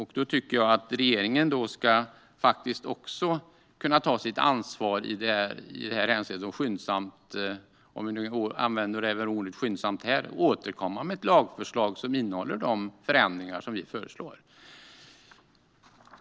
Jag tycker att regeringen också bör kunna ta sitt ansvar i detta avseende och skyndsamt - för att använda detta ord även här - återkomma med ett lagförslag som innehåller de förändringar som vi föreslår.